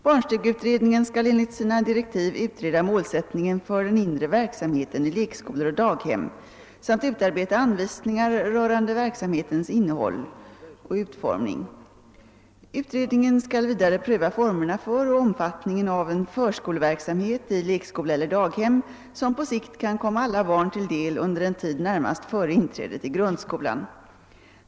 Barnstugeutredningen skall enligt sina direktiv utreda målsättningen för den inre verksamheten i lekskolor och daghem samt utarbeta anvisningar rörande verksamhetens innehåll och utformning. Utredningen skall vidare pröva formerna för och omfattningen av en förskoleverksamhet — i lekskola eller daghem — som på sikt kan komma alla barn till del under en tid närmast före inträdet i grundskolan.